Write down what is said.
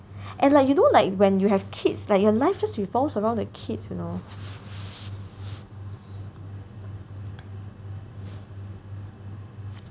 and like you know like when you have kids like your life just revolves around the kids you know